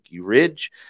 Ridge